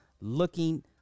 looking